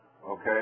Okay